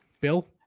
Bill